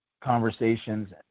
conversations